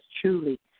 truly